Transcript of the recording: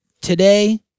Today